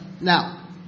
Now